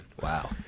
Wow